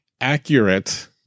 accurate